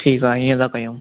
ठीकु आहे ईअं था कयूं